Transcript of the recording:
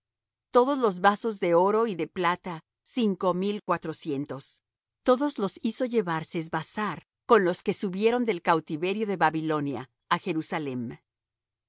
todos los vasos de oro y de plata cinco mil y cuatrocientos todos los hizo llevar sesbassar con los que subieron del cautiverio de babilonia á jerusalem